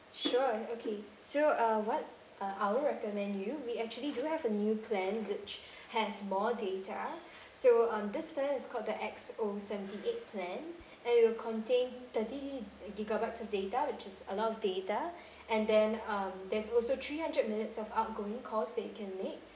sure okay so uh what uh I will recommend you we actually do have a new plan which has more data so on this plan is called the X_O seventy eight plan and it will contain thirty uh gigabyte of data which is a lot of data and then um there's also three hundred minutes of outgoing calls that you can make